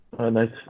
Nice